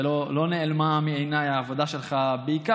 ולא נעלמה מעיניי העבודה שלך בעיקר